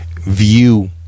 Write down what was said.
view